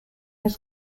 his